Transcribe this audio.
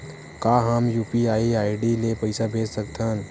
का हम UPI ID ले पईसा भेज सकथन?